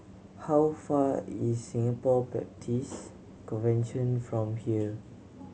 how far is Singapore Baptist Convention from here